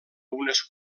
unes